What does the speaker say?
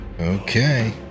okay